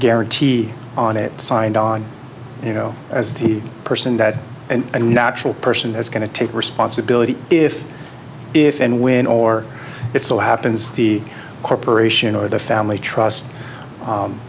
guarantee on it signed on you know as the person that a natural person is going to take responsibility if if and when or it still happens the corporation or the family trust